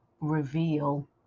reveal